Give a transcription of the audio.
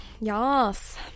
Yes